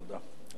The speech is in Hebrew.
תודה.